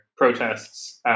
protests